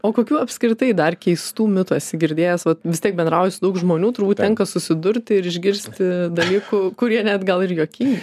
o kokių apskritai dar keistų mitų esi girdėjęs vat vis tiek bendrauji su daug žmonių turbūt tenka susidurti ir išgirsti dalykų kurie net gal ir juokingi